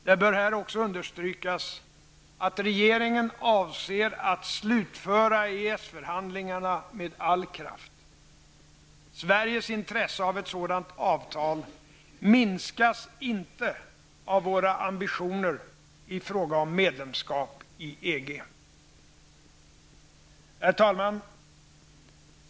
Det bör också understrykas att regeringen avser att slutföra EES-förhandlingarna med all kraft. Sveriges intresse av ett sådant avtal minskas inte av våra ambitioner i fråga om medlemskap i EG. Herr talman!